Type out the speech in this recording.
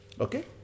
okay